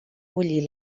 bullir